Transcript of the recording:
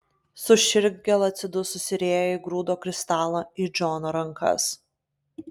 su širdgėla atsidususi rėja įgrūdo kristalą į džono rankas